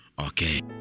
Okay